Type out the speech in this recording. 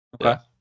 Okay